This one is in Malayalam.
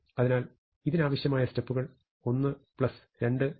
അതിനാൽ ഇതിനാവശ്യമായ സ്റ്റെപ്പുകൾ 1 2 3